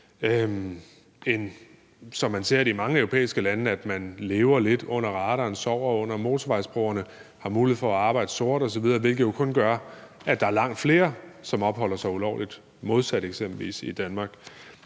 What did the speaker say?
som man ser det i mange europæiske lande, lever lidt under radaren, sover under motorvejsbroerne, har mulighed for at arbejde sort osv., hvilket jo kun gør, at der er langt flere, som opholder sig ulovligt, modsat eksempelvis i Danmark.